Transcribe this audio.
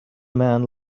man